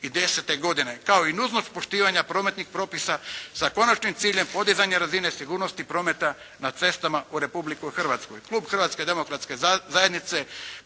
do 2010. godine, kao i nužnost poštivanja prometnih propisa sa konačnim ciljem podizanja razine sigurnosti prometa na cestama u Republici Hrvatskoj.